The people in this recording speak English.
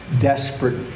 desperate